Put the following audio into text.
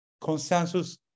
consensus